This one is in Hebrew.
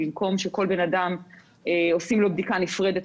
במקום שכל בן אדם עושים לו בדיקה נפרדת,